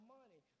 money